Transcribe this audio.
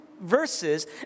verses